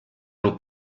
ero